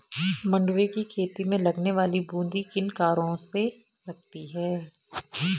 मंडुवे की खेती में लगने वाली बूंदी किन कारणों से लगती है?